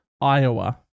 Iowa